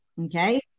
okay